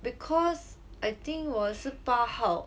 because I think 我的是八号